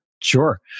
Sure